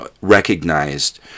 recognized